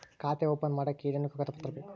ಖಾತೆ ಓಪನ್ ಮಾಡಕ್ಕೆ ಏನೇನು ಕಾಗದ ಪತ್ರ ಬೇಕು?